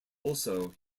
also